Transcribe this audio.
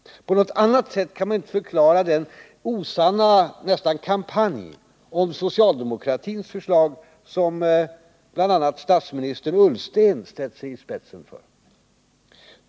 På något annat sätt kan man inte förklara den osanna, nästan kampanjliknande kritik mot socialdemokratins förslag, som bl.a. statsminister Ullsten ställt sig i spetsen för.